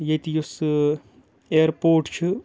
ییٚتہِ یُس سُہ ایرپوٹ چھُ